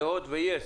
להוט ויס,